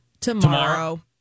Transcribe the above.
tomorrow